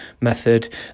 method